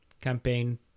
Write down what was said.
campaign